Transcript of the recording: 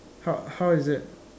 how how is it